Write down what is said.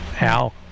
Al